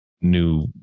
new